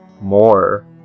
more